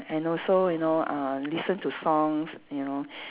and also you know uh listen to songs you know